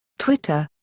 twitter.